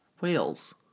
Whales